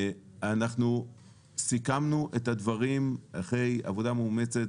אנחנו סיכמנו את הדברים אחרי עבודה מאומצת